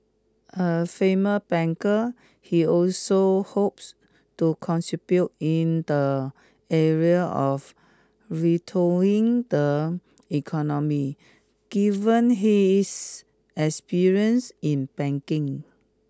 a famer banker he also hopes to contribute in the area of retooling the economy given his experience in banking